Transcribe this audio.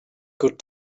good